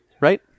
right